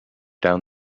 down